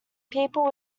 people